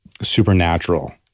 supernatural